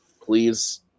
please